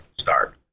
start